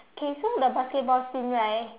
K so the basketball scene right